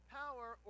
power